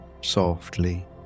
softly